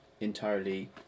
entirely